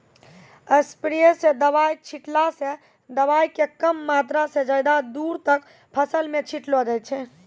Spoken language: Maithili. स्प्रेयर स दवाय छींटला स दवाय के कम मात्रा क ज्यादा दूर तक फसल मॅ छिटलो जाय छै